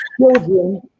children